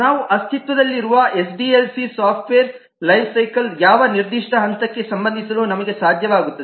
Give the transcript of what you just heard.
ನಾವು ಅಸ್ತಿತ್ವದಲ್ಲಿರುವ SDLC software lifecycle ಯಾವ ನಿರ್ದಿಷ್ಟ ಹಂತಕ್ಕೆ ಸಂಬಂಧಿಸಲು ನಮಗೆ ಸಾಧ್ಯವಾಗುತ್ತದೆ